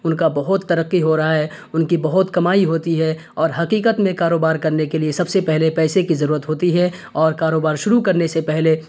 ان کا بہت ترقی ہو رہا ہے ان کی بہت کمائی ہوتی ہے اور حقیقت میں کاروبار کرنے کے لیے سب سے پہلے پیسے کی ضرورت ہوتی ہے اور کاروبار شروع کرنے سے پہلے